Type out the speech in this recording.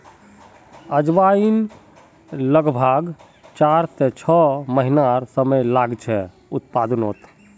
अजवाईन लग्ब्भाग चार से छः महिनार समय लागछे उत्पादनोत